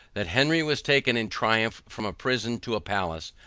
that henry was taken in triumph from a prison to a palace,